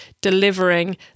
delivering